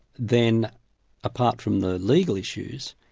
then apart from the legal issues,